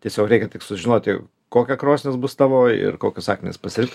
tiesiog reikia tik sužinoti kokia krosnis bus tavo ir kokius akmenis pasirinkt